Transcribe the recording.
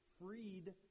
freed